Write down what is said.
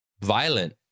violent